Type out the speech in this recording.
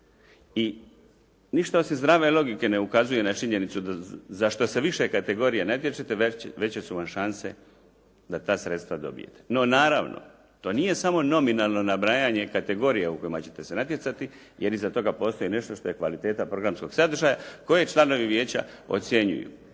i ništa osim zdrave logike ne ukazuje na činjenicu za što se više kategorija natječete veće su vam šanse da ta sredstva dobijete. No naravno, to nije samo nominalno nabrajanje kategorija u kojima ćete se natjecati jer iza toga postoji nešto što je kvaliteta programskog sadržaja koje članovi vijeća ocjenjuju,